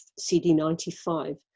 CD95